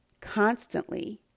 constantly